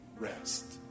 rest